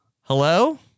hello